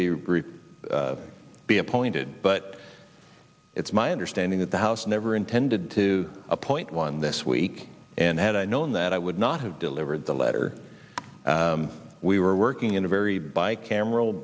be be appointed but it's my understanding that the house never intended to appoint one this week and had i known that i would not have delivered the letter we were working in a very by camera